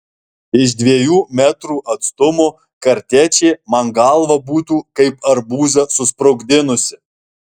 iš dviejų metrų atstumo kartečė man galvą būtų kaip arbūzą susprogdinusi